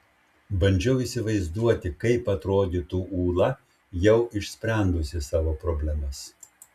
bandžiau įsivaizduoti kaip atrodytų ūla jau išsprendusi savo problemas